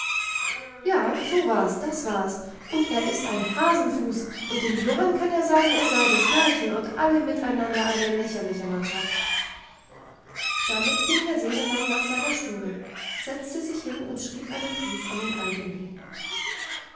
ja so war's das war's und er ist ein hasenfuß und dem johann kann er sagen er sei desgleichen und alle miteinander eine lächerliche mannschaft damit ging herr sesemann nach seiner stube setzte sich hin und schrieb einen brief an den alm öhi